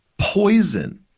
poison